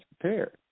prepared